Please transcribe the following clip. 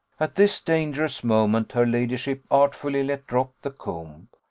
at this dangerous moment her ladyship artfully let drop the comb.